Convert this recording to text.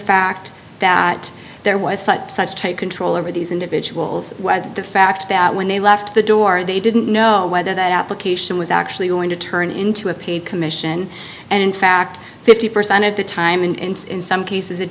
fact that there was such tight control over these individuals whether the fact that when they left the door they didn't know whether that application was actually going to turn into a paid commission and in fact fifty percent of the time in some cases it